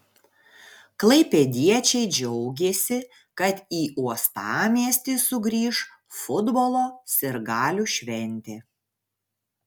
klaipėdiečiai džiaugėsi kad į uostamiestį sugrįš futbolo sirgalių šventė